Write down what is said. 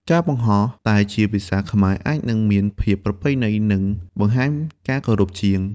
ការបង្ហោះតែជាភាសាខ្មែរអាចនឹងមានភាពប្រពៃណី និងបង្ហាញការគោរពជាង។